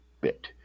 bit